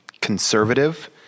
conservative